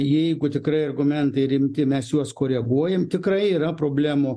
jeigu tikrai argumentai rimti mes juos koreguojam tikrai yra problemų